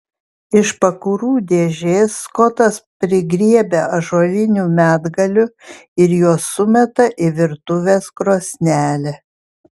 iš pakurų dėžės skotas prigriebia ąžuolinių medgalių ir juos sumeta į virtuvės krosnelę